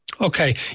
Okay